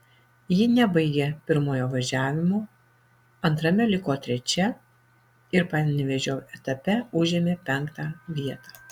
ji nebaigė pirmojo važiavimo antrame liko trečia ir panevėžio etape užėmė penktą vietą